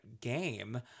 game